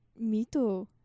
mito